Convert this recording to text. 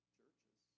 churches